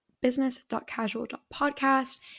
business.casual.podcast